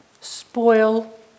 spoil